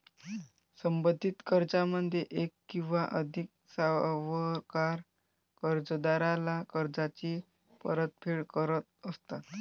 संबंधित कर्जामध्ये एक किंवा अधिक सावकार कर्जदाराला कर्जाची परतफेड करत असतात